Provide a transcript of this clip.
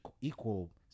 equal